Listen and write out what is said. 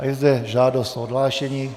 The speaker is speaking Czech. Je zde žádost o odhlášení.